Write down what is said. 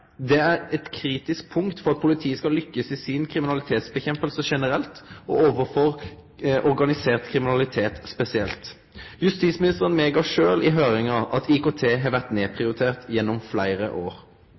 Det er eit kritisk punkt for at politiet skal lykkast i kampen mot kriminalitet generelt og organisert kriminalitet spesielt. Justisministeren medgav sjølv i høyringa at IKT har vore